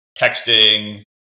texting